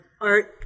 art